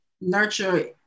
nurture